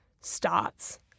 starts